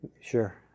Sure